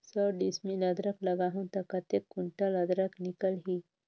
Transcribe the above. सौ डिसमिल अदरक लगाहूं ता कतेक कुंटल अदरक निकल ही?